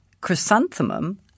chrysanthemum